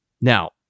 Now